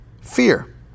fear